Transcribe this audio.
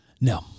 No